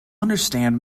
understand